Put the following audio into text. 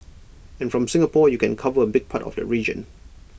and from Singapore you can cover A big part of the region